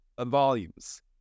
volumes